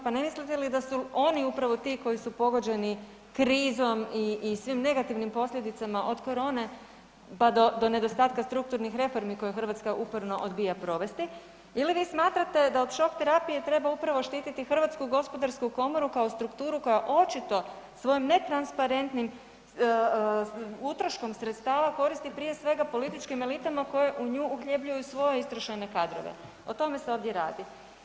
Pa ne mislite li da su oni upravo ti koji su pogođeni krizom i svim negativnim posljedicama od korone pa do nedostatka strukturnih reformi koje Hrvatska uporno odbija provesti ili vi smatrate da od šok terapije treba upravo štititi HGK kao strukturu koja očito svojim netransparentnim utroškom sredstava koristi prije svega političkim elitama koje u nju uhljebljuju svoje istrošene kadrove, o tome se ovdje radi.